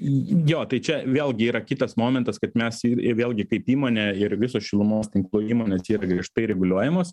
jo tai čia vėlgi yra kitas momentas kad mes ir ir vėlgi kaip įmonė ir viso šilumos tinklų įmonės čia yra griežtai reguliuojamos